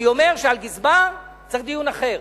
אני אומר שעל גזבר צריך דיון אחר.